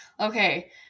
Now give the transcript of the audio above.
okay